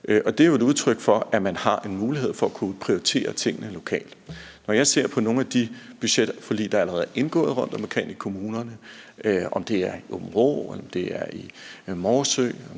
det er jo et udtryk for, at man har en mulighed for at kunne prioritere tingene lokalt. Når jeg ser på nogle af de budgetforlig, der allerede er indgået rundtomkring i kommunerne, om det er i Aabenraa, om